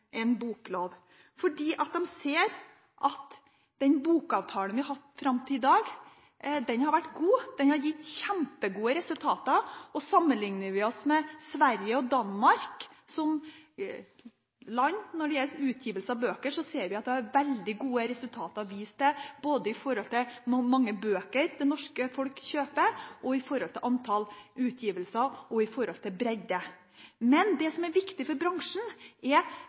fordi de ser at den bokavtalen vi har hatt fram til i dag, har vært god. Den har gitt kjempegode resultater. Sammenlikner vi oss med land som Sverige og Danmark når det gjelder utgivelse av bøker, ser vi at det er veldig gode resultater å vise til både med tanke på hvor mange bøker det norske folk kjøper, med tanke på antall utgivelser og med tanke på bredde. Men det som er viktig for bransjen, er